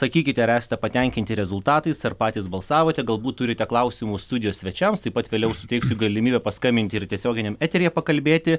sakykite ar esate patenkinti rezultatais ar patys balsavote galbūt turite klausimų studijos svečiams taip pat vėliau suteiksiu galimybę paskambinti ir tiesioginiam eteryje pakalbėti